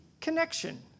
connection